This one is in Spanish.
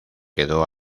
quedó